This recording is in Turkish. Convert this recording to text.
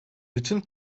bütün